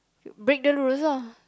break the rules lah